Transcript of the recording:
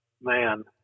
man